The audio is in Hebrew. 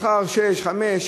לאחר חמש,